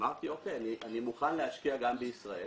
אמרתי, בסדר, אני מוכן להשקיע גם בישראל